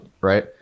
right